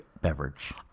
beverage